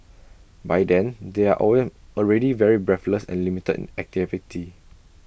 by then they are already very breathless and limited in activity